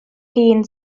hun